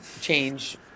change